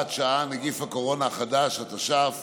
שזה נכון מה שאתה אומר.